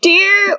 Dear